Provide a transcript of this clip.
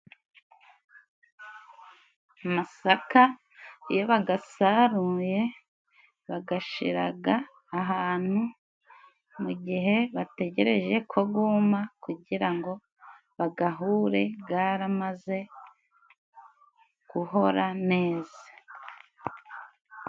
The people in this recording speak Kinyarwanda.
Amasaka, iyo bagasaruye, bagashiraga ahantu mu gihe bategereje ko guma kugira ngo bagahure garamaze guhora neza.